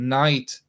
night